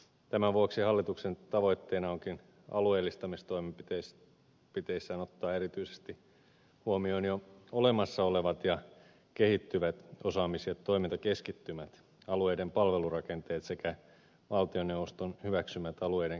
tämän vuoksi hallituksen tavoitteena onkin alueellistamistoimenpiteissään ottaa erityisesti huomioon jo olemassa olevat ja kehittyvät osaamis ja toimintakeskittymät alueiden palvelurakenteet sekä valtioneuvoston hyväksymät alueiden kehittämisen tavoitteet